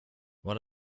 what